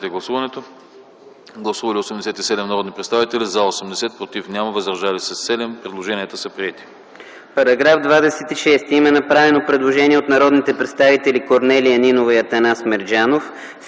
Гласували 87 народни представители: за 80, против няма, въздържали се 7. Предложенията са приети.